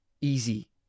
easy